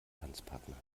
tanzpartner